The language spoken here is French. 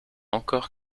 encore